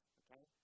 okay